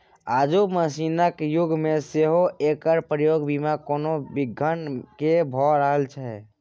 आजुक मशीनक युग मे सेहो एकर प्रयोग बिना कोनो बिघ्न केँ भ रहल छै